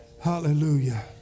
Hallelujah